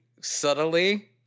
subtly